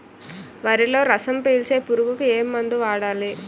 వరిలో రసం పీల్చే పురుగుకి ఏ మందు వాడాలి?